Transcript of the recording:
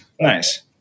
Nice